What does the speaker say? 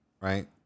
Right